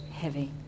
heavy